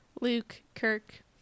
Luke-Kirk